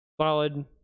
solid